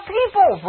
people